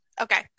Okay